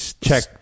check